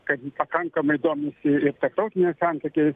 kad ji pakankamai domisi ir tarptautiniais santykiais